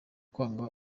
kwanga